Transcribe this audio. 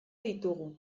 ditugu